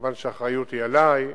מובן שהאחריות היא עלי,